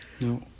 No